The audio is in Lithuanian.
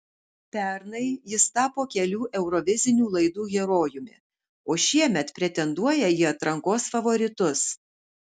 pernai jis tapo kelių eurovizinių laidų herojumi o šiemet pretenduoja į atrankos favoritus